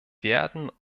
werden